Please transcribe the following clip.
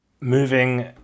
Moving